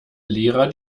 lehrer